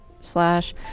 slash